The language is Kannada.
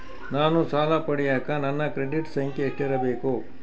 ನಾನು ಸಾಲ ಪಡಿಯಕ ನನ್ನ ಕ್ರೆಡಿಟ್ ಸಂಖ್ಯೆ ಎಷ್ಟಿರಬೇಕು?